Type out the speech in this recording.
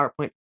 PowerPoint